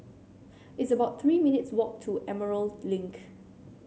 it's about Three minutes' walk to Emerald Link